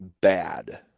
bad